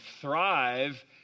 thrive